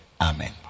amen